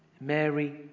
Mary